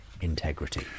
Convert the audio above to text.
integrity